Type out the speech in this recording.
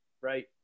Right